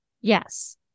Yes